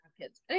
kids